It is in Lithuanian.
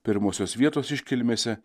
pirmosios vietos iškilmėse